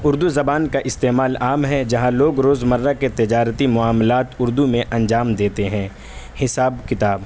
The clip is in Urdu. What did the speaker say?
اردو زبان کا استعمال عام ہے جہاں لوگ روز مرہ کے تجارتی معاملات اردو میں انجام دیتے ہیں حساب کتاب